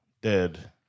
dead